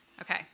Okay